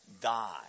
die